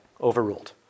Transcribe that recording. overruled